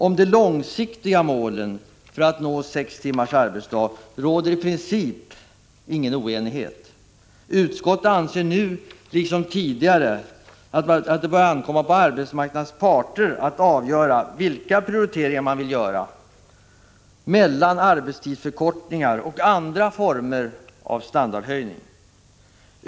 Om de långsiktiga målen för att nå sex timmars arbetsdag råder det i princip ingen oenighet. Utskottet anser nu liksom tidigare att det bör ankomma på arbetsmarknadens parter att avgöra vilka prioriteringar de vill göra mellan arbetstidsförkortningar och andra former av standardhöjningar.